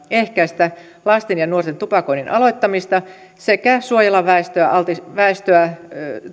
ehkäistä lasten ja nuorten tupakoinnin aloittamista sekä suojella väestöä